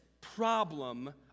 problem